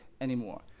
anymore